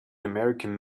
american